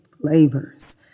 flavors